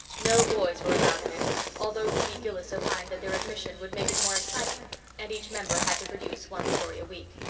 no boys were allowed in it although ruby gillis opined that their admission would make it more exciting and each member had to produce one story a week.